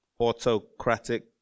autocratic